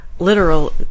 literal